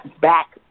back